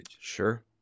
sure